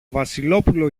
βασιλόπουλο